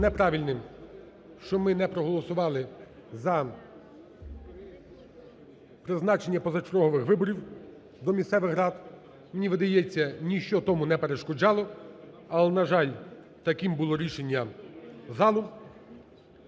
неправильним, що ми не проголосували за призначення позачергових виборів до місцевих рад. Мені видається, ніщо тому не перешкоджало. Але, на жаль, таким було рішення залу.